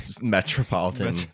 metropolitan